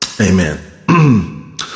Amen